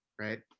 right